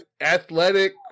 athletic